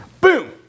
boom